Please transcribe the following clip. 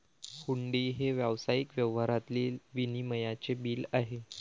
हुंडी हे व्यावसायिक व्यवहारातील विनिमयाचे बिल आहे